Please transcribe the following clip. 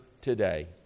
today